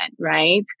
Right